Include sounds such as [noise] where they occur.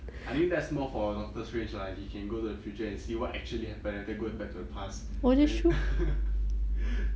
I think that's more for doctor strange lah he can go to the future and see what actually happen and then go in back to the past then [laughs]